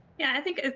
yeah, i think,